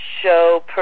show